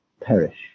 perish